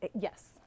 yes